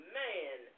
man